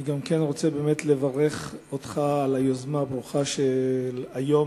גם אני רוצה לברך אותך על היוזמה הברוכה של היום,